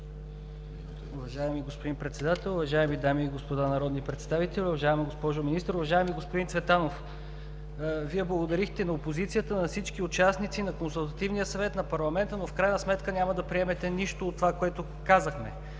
Уважаеми господин Председател, уважаеми дами и господа народни представители, уважаема госпожо Министър! Уважаеми господин Цветанов, Вие благодарихте на опозицията, на всички участници, на Консултативния съвет на парламента, но в крайна сметка няма да приемете нищо от това, което казахме.